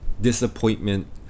disappointment